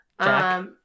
Jack